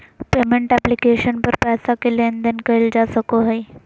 payment application पर पैसा के लेन देन कइल जा सको हइ